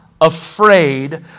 afraid